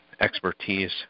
expertise